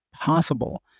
possible